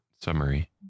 summary